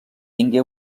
tingué